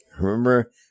remember